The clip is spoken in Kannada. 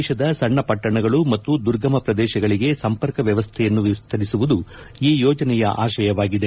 ದೇಶದ ಸಣ್ಣಪಟ್ಟಣಗಳು ಮತ್ತು ದುರ್ಗಮ ಪ್ರದೇಶಗಳಿಗೆ ಸಂಪರ್ಕ ವ್ಯವಸ್ಥೆಯನ್ನು ವಿಸ್ತರಿಸುವುದು ಈ ಯೋಜನೆಯ ಆಶಯವಾಗಿದೆ